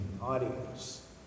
audience